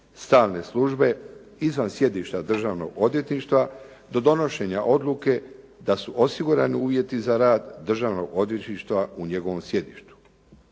stalne službe izvan sjedišta Državnog odvjetništva do donošenja odluke da su osigurani uvjeti za rad Državnog odvjetništva u njegovom sjedištu.